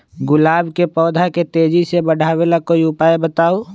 गुलाब के पौधा के तेजी से बढ़ावे ला कोई उपाये बताउ?